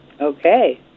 Okay